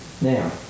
Now